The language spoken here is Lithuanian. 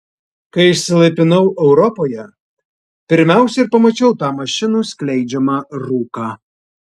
kai išsilaipinau europoje pirmiausia ir pamačiau tą mašinų skleidžiamą rūką